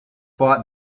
bought